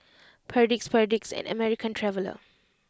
Perdix Perdix and American Traveller